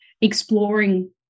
exploring